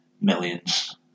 millions